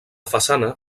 façana